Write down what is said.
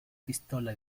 pistola